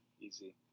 Easy